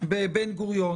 בבן גוריון?